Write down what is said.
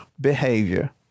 behavior